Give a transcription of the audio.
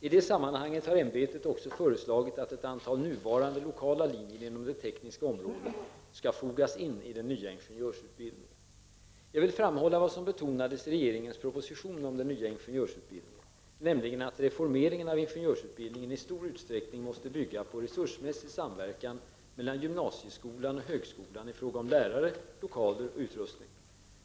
I det sammanhanget har UHÄ också föreslagit att ett anal nuvarande lokala linjer inom det tekniska området skall fogas in i den nya ingenjörsutbildningen Jag vill framhålla vad som betonades i regeringens proposition om den nya ingenjörsutbildningen, nämligen att reformeringen av ingenjörsutbildningen i stor utsträckning måste bygga på resursmässig samverkan mellan gymnasieskolan och högskolan i fråga om lärare, lokaler och utrustning.